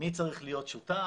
מי צריך להיות שותף.